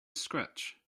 scratch